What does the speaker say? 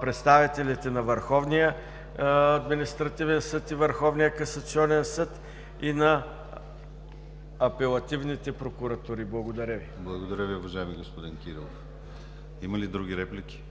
представителите на Върховния административен съд и Върховния касационен съд и на апелативните прокуратури. Благодаря Ви. ПРЕДСЕДАТЕЛ ДИМИТЪР ГЛАВЧЕВ: Благодаря Ви, уважаеми господин Кирилов. Има ли други реплики?